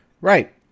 right